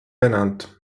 benannt